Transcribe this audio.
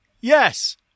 Yes